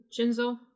Jinzo